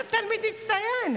אתה תלמיד מצטיין.